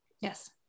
Yes